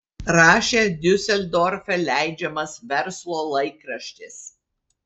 rašė diuseldorfe leidžiamas verslo laikraštis